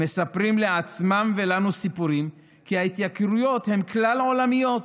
הם מספרים לעצמם ולנו סיפורים כי ההתייקרויות הן כלל-עולמיות,